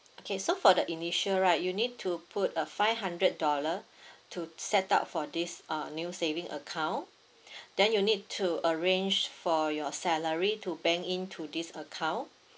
okay so for the initial right you need to put a five hundred dollar to set up for this uh new saving account then you need to arrange for your salary to bank in to this account